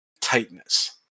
tightness